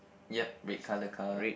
yup red colour car